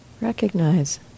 recognize